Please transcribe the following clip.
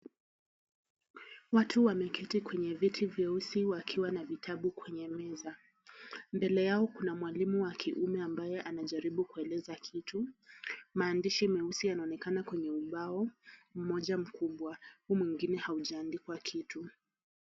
Watu wameketi kwenye viti vyeusi wakiwa na vitabu kwenye meza. Mbele yao kuna mwalimu wa kiume ambaye anajaribu kuwaeleza kitu. Maandishi meusi yanaonekana kwenye ubao mmoja mkubwa, huu mwingine haujaandikwa kitu.